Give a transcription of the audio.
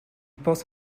pense